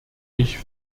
ich